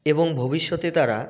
এবং ভবিষ্যতে তারা